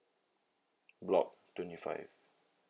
block twenty five